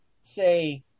say